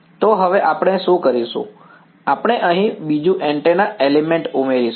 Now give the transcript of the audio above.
તો હવે આપણે શું કરીશું આપણે અહીં બીજું એન્ટેના એલિમેન્ટ ઉમેરીશું